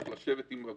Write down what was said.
צריך לשבת עם הגופים,